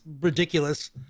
ridiculous